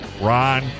Ron